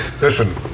Listen